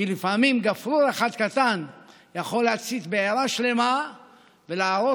כי לפעמים גפרור אחד קטן יכול להצית בעירה שלמה ולהרוס